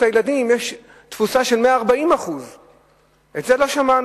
הילדים שלהם יש תפוסה של 140%. את זה לא שמענו.